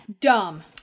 Dumb